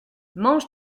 mange